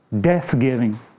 death-giving